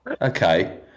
Okay